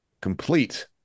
complete